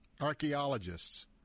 archaeologists